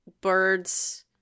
birds